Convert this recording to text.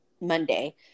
Monday